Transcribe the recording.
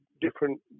different